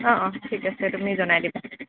অঁ অঁ ঠিক আছে তুমি জনাই দিবা